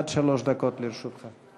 עד שלוש דקות לרשותך.